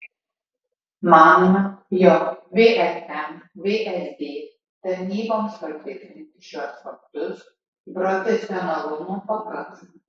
manome jog vrm vsd tarnyboms patikrinti šiuos faktus profesionalumo pakaks